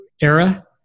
era